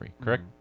correct